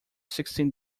sixteen